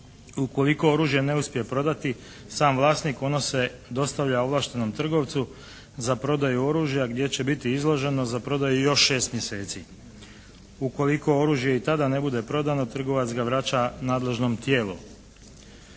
Ukoliko oružje ne uspije prodati sam vlasnik ono se dostavlja ovlaštenom trgovcu za prodaju oružja gdje će biti izloženo za prodaju još 6 mjeseci. Ukoliko oružje i tada ne bude prodano trgovac ga vraća nadležnom tijelu.